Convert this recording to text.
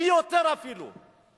ויותר, אפילו.